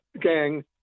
gang